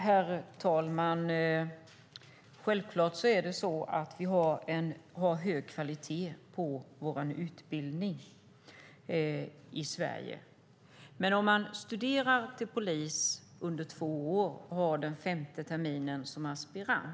Herr talman! Självfallet har vi en hög kvalitet på vår utbildning i Sverige. Men studenterna studerar till polis under två år och går den femte terminen som aspiranter.